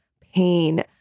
pain